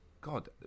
God